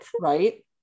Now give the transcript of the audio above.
Right